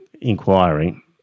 inquiry